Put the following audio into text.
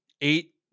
eight